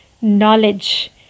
Knowledge